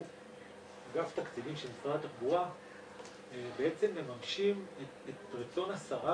אגף תקציבים של משרד התחבורה בעצם מממשים את רצון השרה